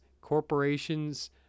corporations